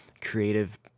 creative